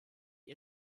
ihr